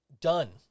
Done